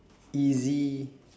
easy